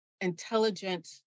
intelligent